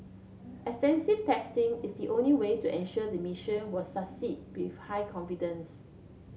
extensive testing is the only way to ensure the mission will succeed with high confidence